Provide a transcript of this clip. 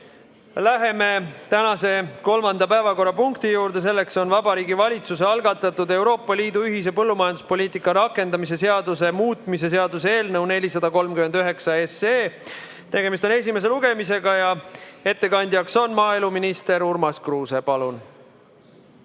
Läheme tänase kolmanda päevakorrapunkti juurde. Selleks on Vabariigi Valitsuse algatatud Euroopa Liidu ühise põllumajanduspoliitika rakendamise seaduse muutmise seaduse eelnõu 439. Tegemist on esimese lugemisega ja ettekandja on maaeluminister Urmas Kruuse. Palun!